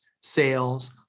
sales